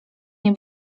nie